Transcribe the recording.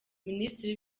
minisitiri